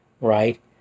right